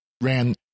ran